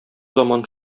заман